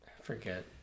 Forget